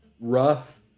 rough